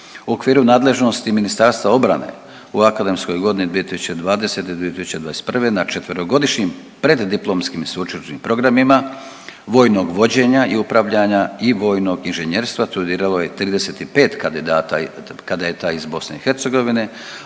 U okviru nadležnosti MORH-a u akademskoj godini 2020./2021. na četverogodišnjim preddiplomskim i sveučilišnim programima vojnog vođenja i upravljanja i vojnog inženjerstva studiralo je 35 kandidata, kadeta iz BiH,